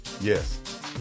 Yes